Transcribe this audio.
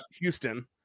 Houston